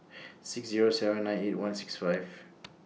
six Zero seven nine eight one six five